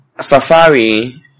Safari